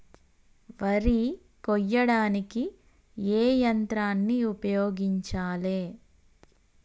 వరి కొయ్యడానికి ఏ యంత్రాన్ని ఉపయోగించాలే?